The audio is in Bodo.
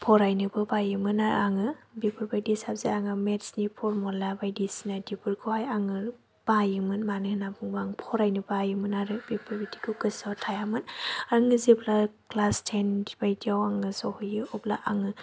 फरायनोबो बायोमोन आङो बेफोरबायदि साबजेक्ट आङो मेथ्सनि फर्मुला बायदिसिना बिदिफोरखौहाय आङो बायोमोन मानो होननानै बुङोबा आं फरायनो बायोमोन आरो बेफोरबायदिखौ गोसोआव थायामोन आङो जेब्ला क्लास टेन बायदियाव आङो सहैयो अब्ला आङो